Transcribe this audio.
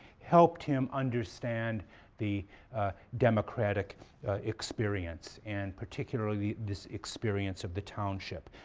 helped him understand the democratic experience and particularly this experience of the township.